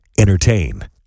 Entertain